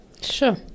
Sure